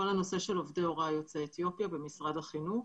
עובדי הוראה יוצאי אתיופיה במשרד החינוך.